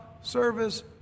service